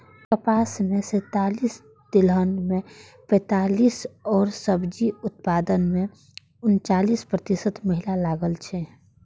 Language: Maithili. कपास मे सैंतालिस, तिलहन मे पैंतालिस आ सब्जी उत्पादन मे उनचालिस प्रतिशत महिला लागल छै